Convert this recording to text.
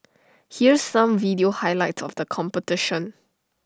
here's some video highlight of the competition